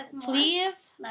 please